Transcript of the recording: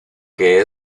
qué